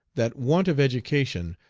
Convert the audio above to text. that want of education,